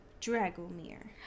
Dragomir